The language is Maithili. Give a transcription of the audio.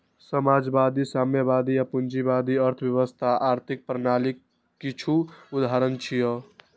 समाजवादी, साम्यवादी आ पूंजीवादी अर्थव्यवस्था आर्थिक प्रणालीक किछु उदाहरण छियै